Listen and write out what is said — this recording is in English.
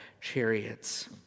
chariots